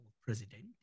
President